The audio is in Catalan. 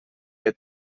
que